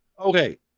okay